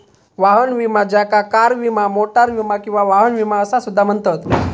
वाहन विमा ज्याका कार विमा, मोटार विमा किंवा वाहन विमा असा सुद्धा म्हणतत